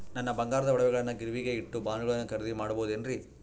ನನ್ನ ಬಂಗಾರದ ಒಡವೆಗಳನ್ನ ಗಿರಿವಿಗೆ ಇಟ್ಟು ಬಾಂಡುಗಳನ್ನ ಖರೇದಿ ಮಾಡಬಹುದೇನ್ರಿ?